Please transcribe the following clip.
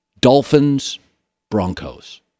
Dolphins-Broncos